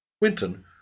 Winton